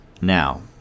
Now